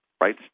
right